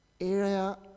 area